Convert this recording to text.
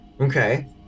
Okay